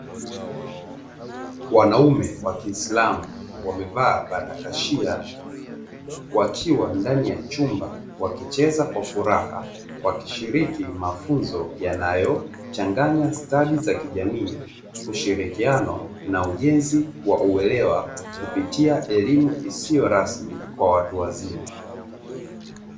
Wanaume wa kiislamu wamevaa baragashia wakiwa ndani ya chumba wakicheza kwa furaha wakishiriki mafunzo yanayochanganya stadi za kijamii, ushirikiano na ujenzi wa uelewa kupitia elimu isiyo rasmi kwa watu wazima.